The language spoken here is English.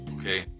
Okay